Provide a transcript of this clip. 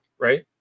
right